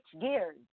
gears